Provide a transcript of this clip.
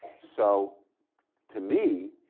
so to me,